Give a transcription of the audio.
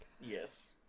Yes